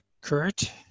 Kurt